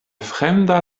fremda